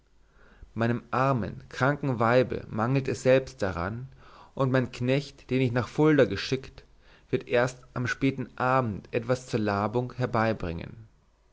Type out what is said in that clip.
meinem armen kranken weibe mangelt es selbst daran und mein knecht den ich nach fulda geschickt wird erst am späten abend etwas zur labung herbeibringen